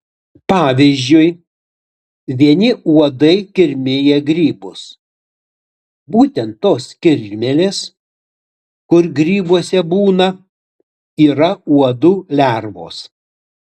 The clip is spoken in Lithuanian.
pavyzdžiui vieni uodai kirmija grybus būtent tos kirmėlės kur grybuose būna yra uodų lervos